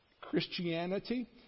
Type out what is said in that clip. Christianity